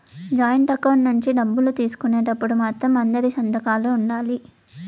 joint account నుంచి డబ్బులు తీసుకునేటప్పుడు మాత్రం అందరి సంతకాలు ఉండాలి